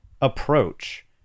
approach